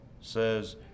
says